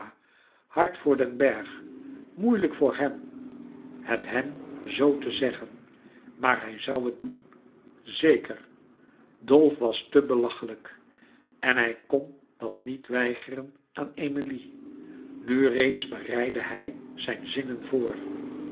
hard voor den bergh moeilijk voor hèm het hem zoo te zeggen maar hij zoû het doen zeker dolf was te belachelijk en hij kon dat niet weigeren aan emilie nu reeds bereidde hij zijn zinnen voor